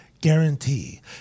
guarantee